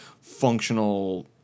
functional